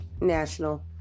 national